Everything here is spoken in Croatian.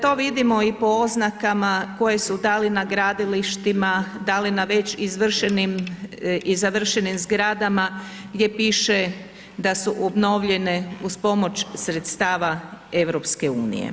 To vidimo i po oznakama koje su da li na gradilištima, da li na već izvršenim i završenim zgradama gdje piše da su obnovljene uz pomoć sredstava EU.